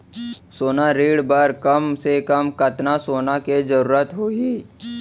सोना ऋण बर कम से कम कतना सोना के जरूरत होही??